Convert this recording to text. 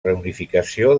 reunificació